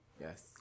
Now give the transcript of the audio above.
Yes